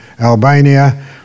Albania